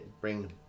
bring